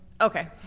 Okay